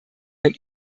wenn